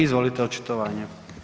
Izvolite očitovanje.